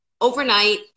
overnight